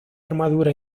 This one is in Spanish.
armadura